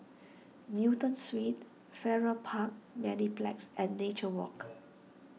Newton Suites Farrer Park Mediplex and Nature Walk